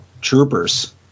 troopers